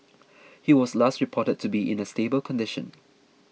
he was last reported to be in a stable condition